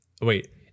wait